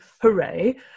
hooray